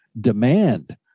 demand